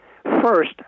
First